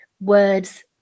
words